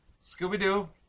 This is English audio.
Scooby-Doo